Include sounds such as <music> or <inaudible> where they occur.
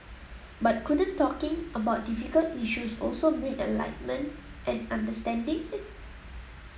but couldn't talking about difficult issues also bring enlightenment and understanding <noise>